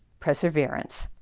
perseverance.